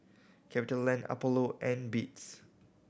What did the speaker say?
CapitaLand Apollo and Beats